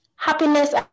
Happiness